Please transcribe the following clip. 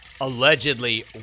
allegedly